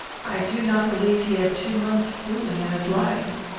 i do not believe he had two months' schooling in his life.